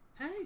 Hey